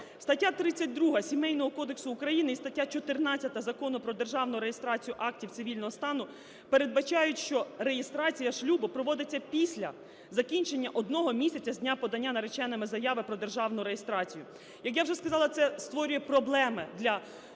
Стаття 32 Сімейного кодексу України і стаття 14 Закону "Про державну реєстрацію актів цивільного стану" передбачають, що реєстрація шлюбу проводиться після закінчення одного місяця з дня подання нареченими заяви про державну реєстрацію. Як я вже сказала, це створює проблеми для